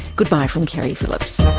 goodbye from keri phillips